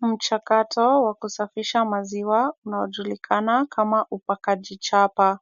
Mchakato wa kusafisha maziwa unaojulikana kama upakaji chapa,